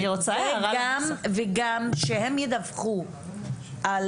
וגם שהם ידווחו על